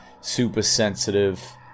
super-sensitive